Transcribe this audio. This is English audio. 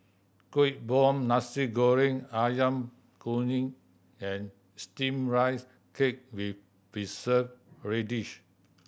Kueh Bom Nasi Goreng Ayam Kunyit and Steamed Rice Cake with Preserved Radish